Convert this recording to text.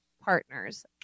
partners